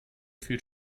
viel